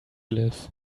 live